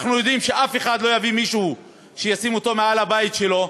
אנחנו יודעים שאף אחד לא יביא מישהו וישים אותו מעל הבית שלו,